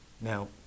Now